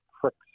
tricks